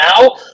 now